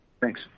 Thanks